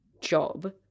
job